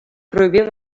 prohibir